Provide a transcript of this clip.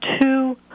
two